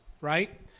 right